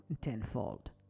tenfold